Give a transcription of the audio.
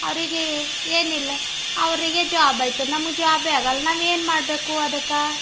ಅವ್ರಿಗೆ ಏನಿಲ್ಲ ಅವರಿಗೆ ಜಾಬ್ ಆಯ್ತದ ನಮ್ಗೆ ಜಾಬೆ ಆಗಲ್ಲ ನಾವು ಏನು ಮಾಡಬೇಕು ಅದಕ್ಕೆ